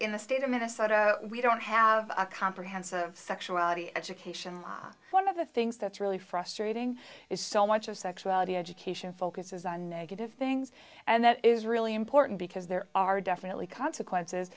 the state of minnesota we don't have a comprehensive sexuality education law one of the things that's really frustrating is so much of sexuality education focuses on negative things and that is really important because there are definitely consequences